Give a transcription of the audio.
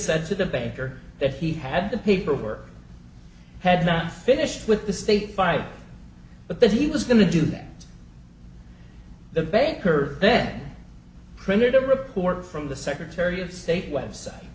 the banker that he had the paperwork had not finished with the state five but that he was going to do that the banker then printed a report from the secretary of state website